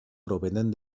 provenen